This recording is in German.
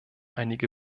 einige